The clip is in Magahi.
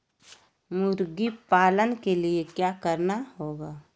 मुर्गी पालन के लिए क्या करना होगा?